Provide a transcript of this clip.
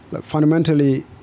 fundamentally